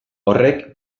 horrek